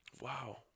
wow